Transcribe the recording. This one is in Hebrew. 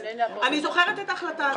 אני זוכרת את ההחלטה הזאת.